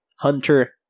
Hunter